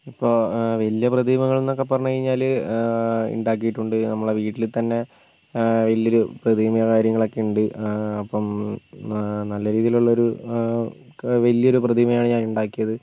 ഇപ്പോൾ വലിയ പ്രതിമകൾന്നൊക്കെ പറഞ്ഞ് കഴിഞ്ഞാൽ ഉണ്ടാക്കിയിട്ടുണ്ട് നമ്മൾ വീട്ടിൽ തന്നെ വലിയൊരു പ്രതിമയും കാര്യങ്ങളൊക്ക ഉണ്ട് അപ്പം നല്ല രീതിയിലുള്ളൊരു വലിയൊരു പ്രതിമയാണ് ഞാൻ ഉണ്ടാക്കിയത്